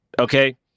Okay